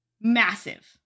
massive